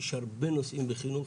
יש הרבה נושאים בחינוך.